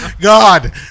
God